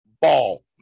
ball